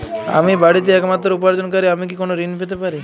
আমি বাড়িতে একমাত্র উপার্জনকারী আমি কি কোনো ঋণ পেতে পারি?